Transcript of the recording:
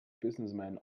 businessmen